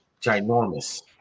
ginormous